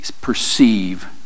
perceive